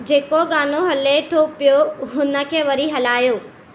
जेको गानो हले थो पियो हुनखे वरी हलायो